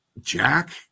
Jack